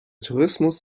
tourismus